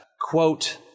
quote